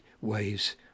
ways